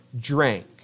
drank